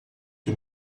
que